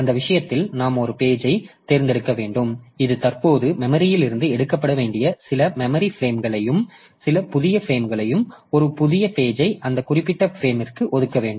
அந்த விஷயத்தில் நாம் ஒரு பேஜ் ஐ தேர்ந்தெடுக்க வேண்டும் இது தற்போது மெமரியில் இருந்து எடுக்கப்பட வேண்டிய சில மெமரி ஃபிரேமையும் சில புதிய ஃபிரேம்களை ஒரு புதிய பேஜ் ஐ அந்த குறிப்பிட்ட ஃபிரேம் இருக்கு ஒதுக்க வேண்டும்